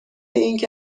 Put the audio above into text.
اینکه